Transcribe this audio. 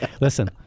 Listen